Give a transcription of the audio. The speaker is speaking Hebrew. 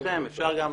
ברשותכם אפשר דקה.